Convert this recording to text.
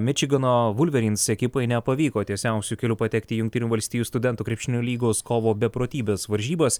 mičigano vulveryns ekipai nepavyko tiesiausiu keliu patekti į jungtinių valstijų studentų krepšinio lygos kovo beprotybės varžybas